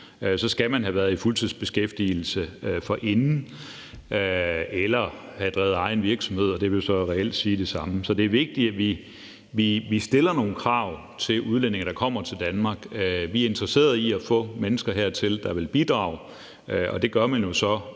så skal man have været i fuldtidsbeskæftigelse forinden eller have drevet egen virksomhed; det vil jo så reelt være det samme. Det er vigtigt, at vi stiller nogle krav til udlændinge, der kommer til Danmark. Vi er interesseret i at få mennesker, der vil bidrage, hertil, og det gør man jo så,